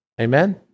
Amen